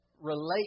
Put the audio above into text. relate